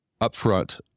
upfront